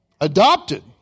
Adopted